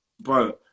bro